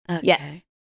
Yes